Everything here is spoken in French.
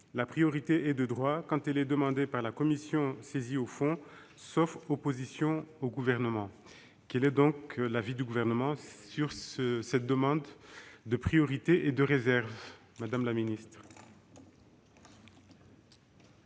la priorité est de droit quand elle est demandée par la commission saisie au fond, sauf opposition du Gouvernement. Quel est l'avis du Gouvernement sur cette demande de priorité et de réserve ? Avis favorable.